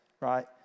right